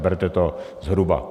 Berte to zhruba.